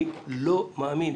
אני לא מאמין.